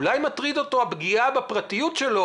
אולי מטרידה אותו הפגיעה בפרטיות שלו,